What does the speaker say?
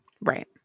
Right